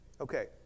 Okay